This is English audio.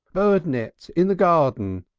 bird nets in the garden,